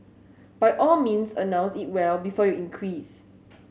by all means announce it well before you increase